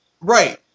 Right